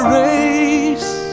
race